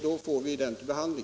Onsdagen den